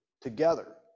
together